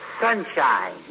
sunshine